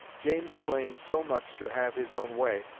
james claimed so much to have his own way,